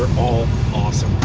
all awesome.